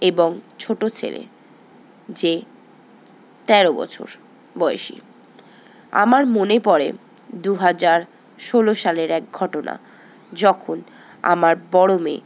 এবং ছোটো ছেলে যে তেরো বছর বয়সী আমার মনে পড়ে দুহাজার ষোলো সালের এক ঘটনা যখন আমার বড়ো মেয়ে